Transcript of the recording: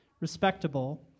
respectable